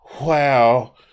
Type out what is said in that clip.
Wow